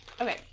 Okay